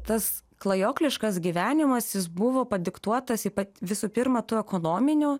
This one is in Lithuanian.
tas klajokliškas gyvenimas jis buvo padiktuotas į pat visų pirma tų ekonominių